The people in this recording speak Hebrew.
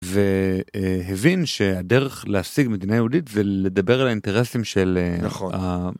והבין שהדרך להשיג מדינה יהודית ולדבר על האינטרסים של... ה...